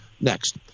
Next